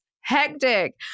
hectic